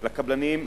הקבלנים,